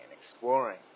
exploring